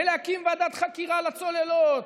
ולהקים ועדת חקירה לצוללות,